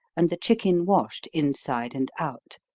and the chicken washed inside and out.